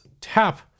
Tap